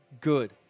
good